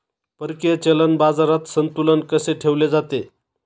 परकीय चलन बाजारात संतुलन कसे ठेवले जाते?